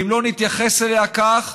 ואם לא נתייחס אליה כך